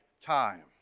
time